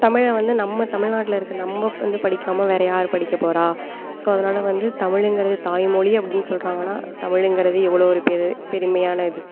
தமிழை வந்து நம்ம தமிழ்நாட்டில இருக்க நம்ம வந்து படிக்காமல் வேற யார் படிக்கப்போறா ஸோ அதனால வந்து தமிழுங்கிறது தாய்மொழி அப்படின்னு சொல்கிறாங்கன்னா தமிழுங்கிறது எவ்வளோ ஒரு பெரு பெருமையான இது